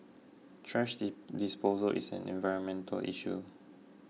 thrash disposal is an environmental issue